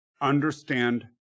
understand